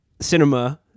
Cinema